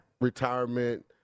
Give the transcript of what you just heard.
retirement